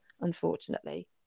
unfortunately